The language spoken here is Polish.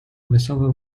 wesołe